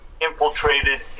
infiltrated